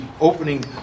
opening